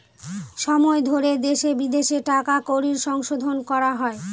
সময় ধরে দেশে বিদেশে টাকা কড়ির সংশোধন করা হয়